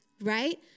right